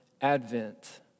Advent